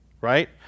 right